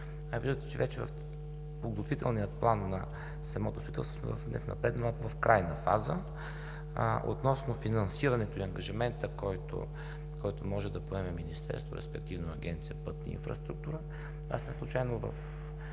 виждате, че вече подготвителният план на самото строителство е не в напреднала, а в крайна фаза. Относно финансирането и ангажимента, който може да поеме Министерството, респективно Агенция „Пътна инфраструктура“,